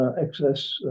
excess